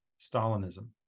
Stalinism